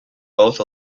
both